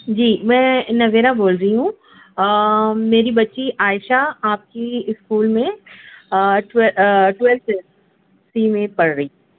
جی میں نویرا بول رہی ہوں میری بچی عائشہ آپ کی اسکول میں ٹویلتھ سی میں پڑھ رہی